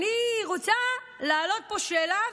אני רוצה להעלות פה שאלה,